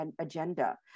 agenda